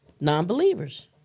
non-believers